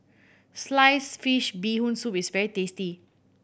sliced fish Bee Hoon Soup is very tasty